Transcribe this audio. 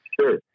Sure